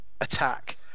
attack